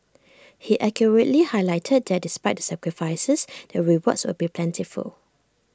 he accurately highlighted that despite the sacrifices the rewards would be plentiful